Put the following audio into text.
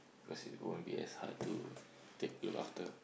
of course it won't be as hard to take look after